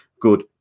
good